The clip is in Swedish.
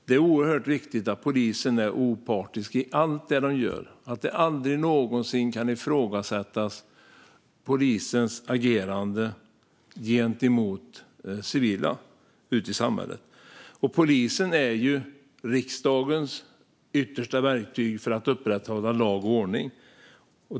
Det är oerhört viktigt att polisen är opartisk i allt det som den gör, så att polisens agerande gentemot civila ute i samhället aldrig någonsin kan ifrågasättas. Polisen är riksdagens yttersta verktyg för att upprätthålla lag och ordning.